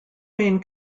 main